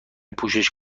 پوشش